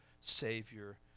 Savior